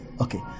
Okay